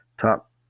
Top